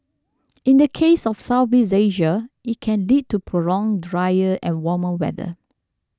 in the case of Southeast Asia it can lead to prolonged drier and warmer weather